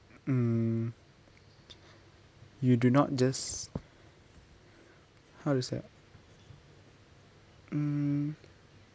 um you do not just how to say um